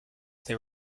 they